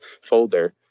folder